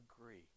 agree